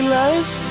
life